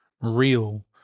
real